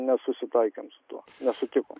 nesusitaikėm su tuo nesutikom